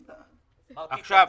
עכשיו,